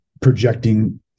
projecting